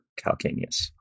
calcaneus